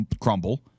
crumble